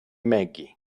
maggie